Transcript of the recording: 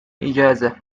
إجازة